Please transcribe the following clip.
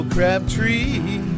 Crabtree